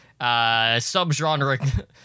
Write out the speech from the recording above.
subgenre